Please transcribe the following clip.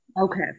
okay